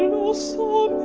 also